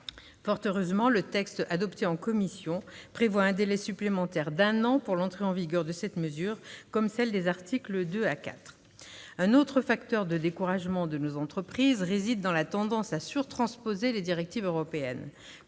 Fort heureusement, le texte adopté en commission prévoit un délai supplémentaire d'un an pour l'entrée en vigueur de cette mesure, comme pour celles des articles 2 à 4. Un autre facteur de découragement de nos entreprises vient de notre tendance à surtransposer les directives européennes.